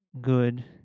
good